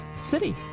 city